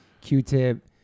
Q-tip